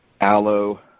aloe